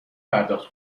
پرداخت